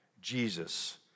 Jesus